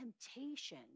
temptation